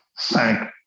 thank